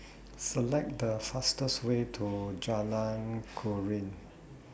Select The fastest Way to Jalan Keruing